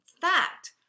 fact